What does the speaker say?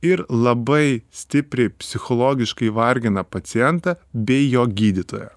ir labai stipriai psichologiškai vargina pacientą bei jo gydytoją